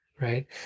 Right